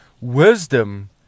Wisdom